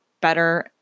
better